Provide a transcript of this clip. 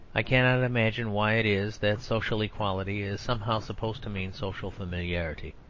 i cannot imagine why it is that social equality is somehow supposed to mean social familiarity.